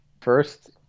first